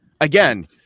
Again